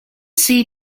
see